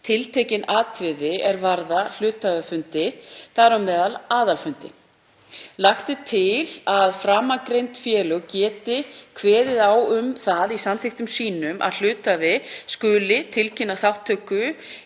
tiltekin atriði er varða hluthafafundi, þar á meðal aðalfundi. Lagt er til að framangreind félög geti kveðið á um það í samþykktum sínum að hluthafi skuli tilkynna þátttöku